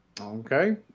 Okay